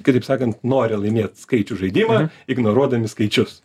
kitaip sakant nori laimėt skaičių žaidimą ignoruodami skaičius